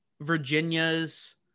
Virginia's